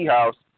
House